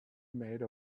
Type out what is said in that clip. made